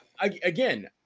Again